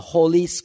Holy